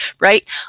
right